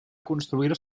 construir